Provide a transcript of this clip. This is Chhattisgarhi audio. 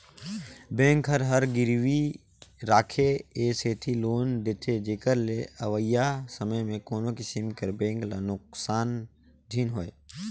बेंक हर गिरवी राखके ए सेती लोन देथे जेकर ले अवइया समे में कोनो किसिम कर बेंक ल नोसकान झिन होए